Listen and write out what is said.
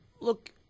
Look